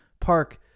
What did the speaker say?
park